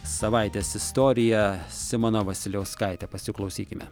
savaitės istorija simona vasiliauskaitė pasiklausykime